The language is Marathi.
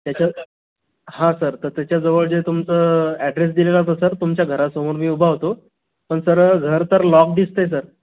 त्याच्या हा सर तर त्याच्याजवळ जे तुमचं ॲड्रेस दिलेला होता सर तुमच्या घरासमोर मी उभा होतो पण सर घर तर लॉक दिसतंय सर